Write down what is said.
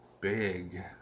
big